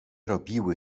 robiły